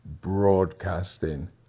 broadcasting